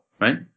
right